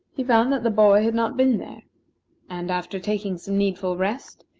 he found that the boy had not been there and after taking some needful rest,